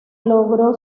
logró